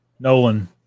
Nolan